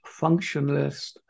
functionalist